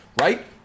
Right